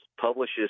publishes